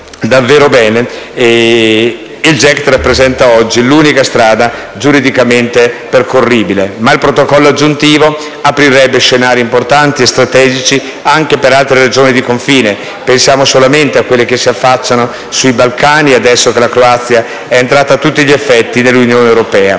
davvero bene. Il GECT rappresenta oggi l'unica strada giuridicamente percorribile, ma il protocollo aggiuntivo aprirebbe scenari importanti e strategici anche per altre regioni di confine: pensiamo a quelle che si affacciano sui Balcani, ora che la Croazia è entrata a tutti gli effetti nell'Unione europea.